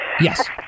yes